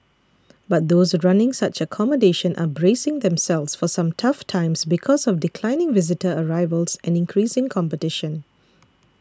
but those running such accommodation are bracing themselves for some tough times because of declining visitor arrivals and increasing competition